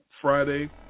Friday